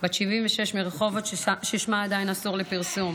בת 76 מרחובות, ששמה עדיין אסור לפרסום.